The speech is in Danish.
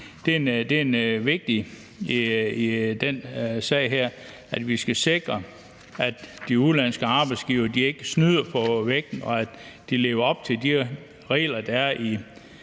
det er vigtigt i den her sag, at vi sikrer, at de udenlandske arbejdsgivere ikke snyder på vægten, men lever op til de regler, der er i